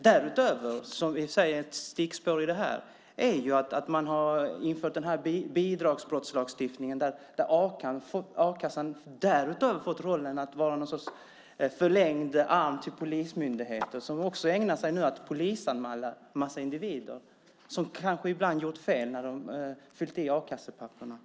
Därutöver, vilket i och för sig är ett stickspår i det här, har man har infört den här bidragsbrottslagstiftningen, där a-kassan fått rollen att vara ett slags förlängd arm till polismyndigheten. Den ägnar sig nu åt att polisanmäla en massa människor som kanske ibland har gjort fel när de fyllt i papperen till a-kassan.